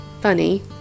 Funny